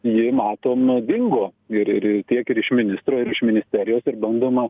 ji matom dingo ir ir ir tiek ir iš ministro ir iš ministerijos ir bandoma